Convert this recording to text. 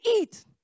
eat